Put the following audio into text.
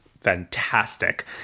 fantastic